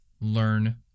learn